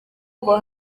ngo